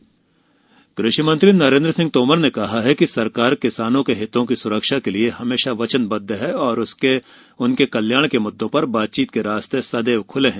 किसान आंदोलन कृषि मंत्री नरेन्द्र सिंह तोमर ने कहा है कि सरकार किसानों के हितों की सुरक्षा के लिए हमेशा वचनबद्ध है और उनके कल्याण के मुद्दों पर बातचीत के रास्ते सदैव खुले हैं